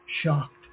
shocked